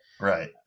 Right